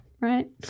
right